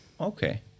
Okay